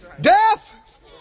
Death